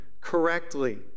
correctly